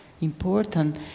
important